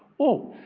oh,